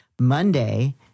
Monday